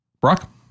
Brock